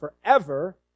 forever